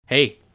Hey